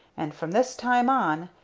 and from this time on,